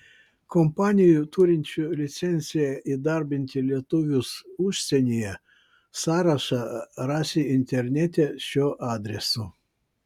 kompanijų turinčių licenciją įdarbinti lietuvius užsienyje sąrašą rasi internete šiuo adresu